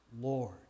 Lord